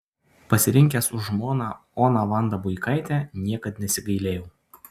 pasirinkęs už žmoną oną vandą buikaitę niekad nesigailėjau